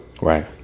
Right